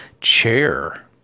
Chair